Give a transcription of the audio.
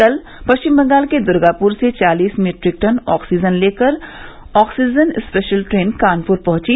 कल पश्चिम बंगाल के दुर्गापूर से चालीस मीट्रिक टन ऑक्सीजन लेकर ऑक्सीजन स्पेशल ट्रेन कानपूर पहुंची